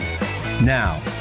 Now